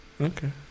Okay